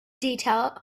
detail